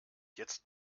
jetzt